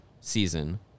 season